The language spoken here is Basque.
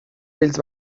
beltz